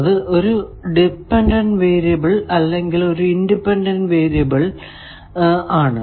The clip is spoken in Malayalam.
അത് ഒരു ഡിപെൻഡന്റ് വേരിയബിൾ അല്ലെങ്കിൽ ഒരു ഇൻഡിപെൻഡന്റ് വേരിയബിൾ എന്നിവ ആണ്